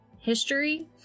history